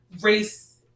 race